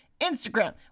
Instagram